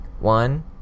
One